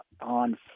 on